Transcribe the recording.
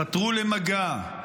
חתרו למגע,